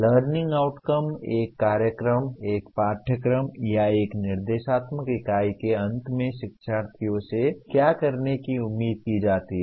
learning outcome एक कार्यक्रम एक पाठ्यक्रम या एक निर्देशात्मक इकाई के अंत में शिक्षार्थियों से क्या करने की उम्मीद की जाती है